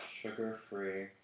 Sugar-free